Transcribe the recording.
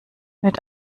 mit